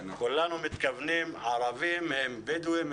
כולנו מתכוונים שערבים הם בדואים,